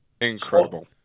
Incredible